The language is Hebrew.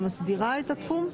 שמסדירה את התחום,